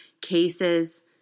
cases